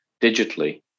digitally